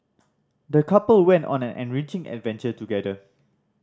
the couple went on an enriching adventure together